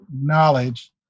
knowledge